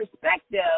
perspective